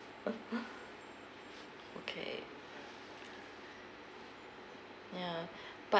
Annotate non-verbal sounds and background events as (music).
(laughs) okay ya but